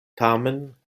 tamen